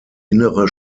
innere